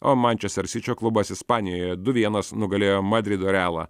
o manchester sičio klubas ispanijoje du vienas nugalėjo madrido realą